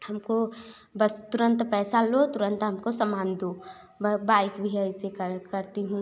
हमको बस तुरंत पैसा लो तुरंत हमको सामान दो बाइक भी ऐसे कर करती हूँ